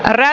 ärrää